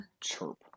Chirp